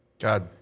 God